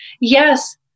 Yes